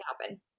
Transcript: happen